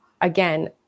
again